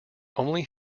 only